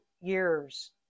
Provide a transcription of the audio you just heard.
years